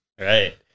Right